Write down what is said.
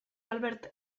albert